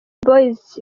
boys